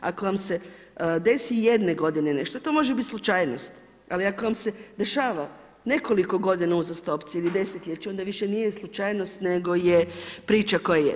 Ako vam se desi jedne godine nešto, to može biti slučajnost, ali ako vam se dešava nekoliko godina uzastopce ili desetljeće, onda više nije slučajnost nego je priča koja je.